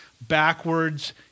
backwards